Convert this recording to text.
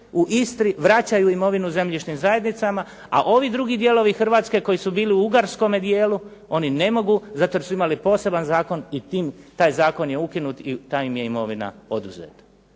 u Istri vraćaju imovinu zemljišnim zajednicama, a ovi drugi dijelovi Hrvatske koji su bili u Ugarskome dijelu oni ne mogu, zato jer su imali poseban zakon i tim taj zakon je ukinut i ta imovina im je oduzeta.